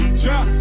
trap